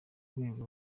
rwego